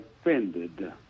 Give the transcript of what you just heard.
offended